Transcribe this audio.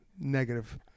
negative